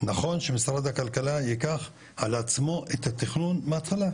נכון שמשרד הכלכלה ייקח על עצמו את התכנון מהתחלה,